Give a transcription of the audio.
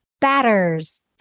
batters